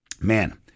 man